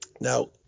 now